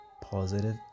Positive